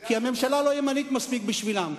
כי הממשלה לא ימנית מספיק בשבילם.